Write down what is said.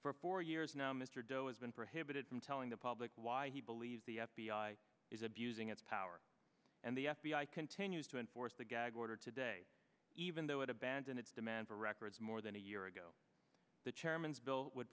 for four years now mr doe is been prohibited from telling the public why he believes the f b i is abusing its power and the f b i continues to enforce the gag order today even though it abandoned its demand for records more than a year ago the chairman's bill would